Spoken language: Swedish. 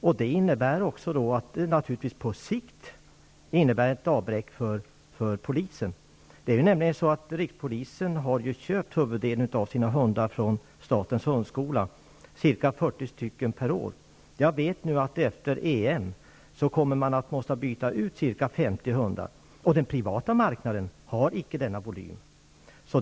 På sikt innebär det också ett avbräck för polisen. Rikspolisstyrelsen har ju köpt huvuddelen av sina hundar från statens hundskola. Det handlar om ca 40 hundar per år. Jag vet att efter fotbolls-EM kommer de att behöva byta ut ca 50 hundar. Den privata marknaden har inte denna volym.